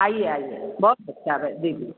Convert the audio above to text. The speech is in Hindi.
आइए आइए बहुत अच्छा है दीदी